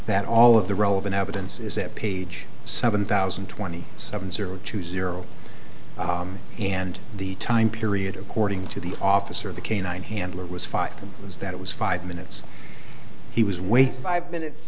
that all of the relevant evidence is that page seven thousand and twenty seven zero two zero and the time period according to the officer of the canine handler was five was that it was five minutes he was wait five minutes